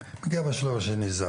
בשלב השני מגיעה